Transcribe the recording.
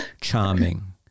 charming